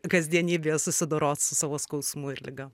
kasdienybėje susidorot su savo skausmu ir liga